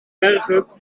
berghut